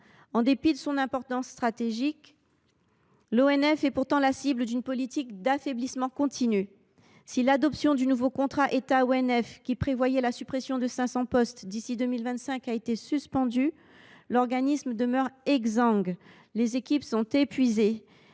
En dépit de son importance stratégique, l’ONF est la cible d’une politique d’affaiblissement continu. Si l’adoption du nouveau contrat État ONF, qui prévoyait la suppression de 500 postes d’ici 2025, a été suspendue, l’organisme demeure exsangue. Les équipes sont épuisées,